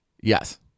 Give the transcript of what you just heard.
Yes